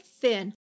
thin